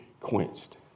quenched